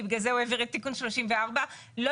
כי בגלל זה הוא העביר את תיקון 34. לא